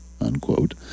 unquote